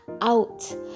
out